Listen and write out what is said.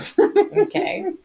okay